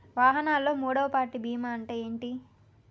వాహనాల్లో మూడవ పార్టీ బీమా అంటే ఏంటి?